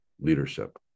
leadership